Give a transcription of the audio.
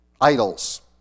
idols